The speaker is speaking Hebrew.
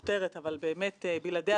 אבל אז החל תהליך ארוך ומייגע,